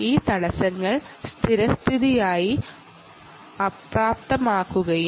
ഈ ഇൻറ്ററപ്റ്റുകളെ സ്ഥിരസ്ഥിതിയായി ഡിസേബിൾ ചെയ്തിരിക്കുകയാണ്